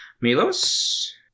Milos